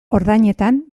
ordainetan